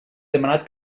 demanat